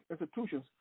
institutions